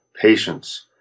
patience